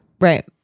Right